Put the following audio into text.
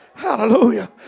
Hallelujah